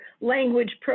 language